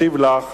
ישיב לך